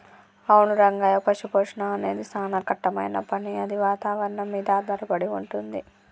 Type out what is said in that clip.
అవును రంగయ్య పశుపోషణ అనేది సానా కట్టమైన పని అది వాతావరణం మీద ఆధారపడి వుంటుంది